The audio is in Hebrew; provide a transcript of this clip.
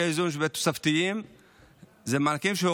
מענקי האיזון התוספתיים,